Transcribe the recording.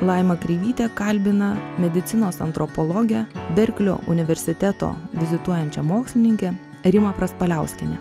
laima kreivytė kalbina medicinos antropologę berklio universiteto vizituojančią mokslininkę rimą praspaliauskienę